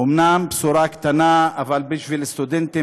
אומנם בשורה קטנה אבל בשביל סטודנטים